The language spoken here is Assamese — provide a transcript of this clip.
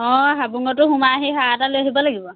অঁ হাবুঙতো সোমাই আহি সেৱা এটা লৈ আহিব লাগিব